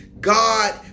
God